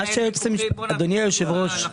אדוני היושב ראש,